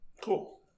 Cool